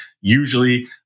usually